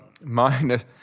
minus